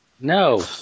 No